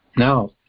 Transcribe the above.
Now